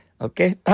Okay